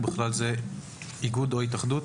ובכלל זה איגוד או התאחדות,